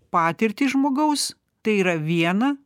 patirtį žmogaus tai yra viena